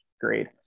great